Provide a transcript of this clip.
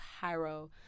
pyro